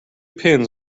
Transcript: pins